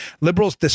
Liberals